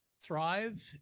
thrive